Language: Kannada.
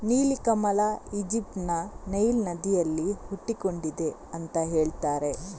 ನೀಲಿ ಕಮಲ ಈಜಿಪ್ಟ್ ನ ನೈಲ್ ನದಿಯಲ್ಲಿ ಹುಟ್ಟಿಕೊಂಡಿದೆ ಅಂತ ಹೇಳ್ತಾರೆ